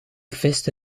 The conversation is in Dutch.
viste